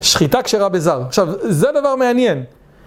שחיטה כשרה בזר. עכשיו, זה דבר מעניין.